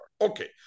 Okay